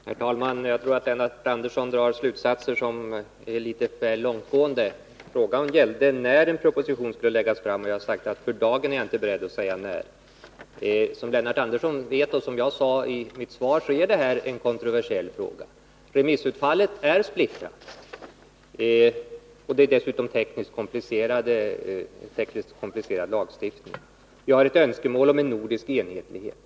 Herr talman! Jag tror att Lennart Andersson drar litet väl långtgående slutsatser. Frågan gällde när en proposition skall läggas fram. Jag sade att jag för dagen inte är beredd att uttala mig om tidpunkten. Som Lennart Andersson vet, och som jag sade i mitt svar, är det här en kontroversiell fråga. Remissutfallet är splittrat. Dessutom rör det sig om en tekniskt komplicerad lagstiftning. Jag har ett önskemål om nordisk enhetlighet.